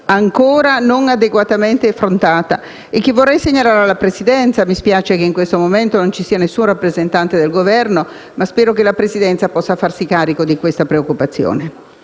ancora non adeguatamente affrontata e che vorrei segnalare alla Presidenza. Mi spiace che in questo momento non ci sia alcun rappresentante del Governo, ma spero che la Presidenza possa farsi carico di questa preoccupazione.